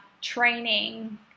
training